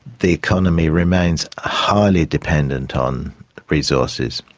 the economy remains ah highly dependent on resources.